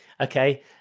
Okay